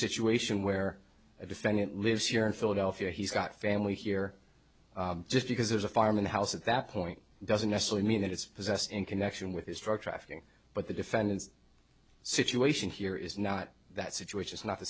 situation where a defendant lives here in philadelphia he's got family here just because there's a farm in the house at that point doesn't necessarily mean that it's possessed in connection with his drug trafficking but the defendant's situation here is not that situation is not the